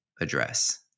address